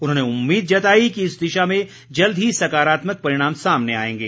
उन्होंने उम्मीद जताई कि इस दिशा में जल्द ही सकारात्मक परिणाम सामने आएंगे